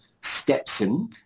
Stepson